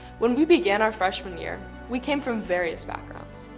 when we began our freshman year, we came from various backgrounds.